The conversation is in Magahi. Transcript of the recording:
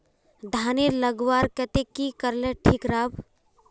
धानेर लगवार केते की करले ठीक राब?